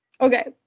Okay